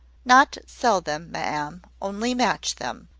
not sell them, ma'am only match them.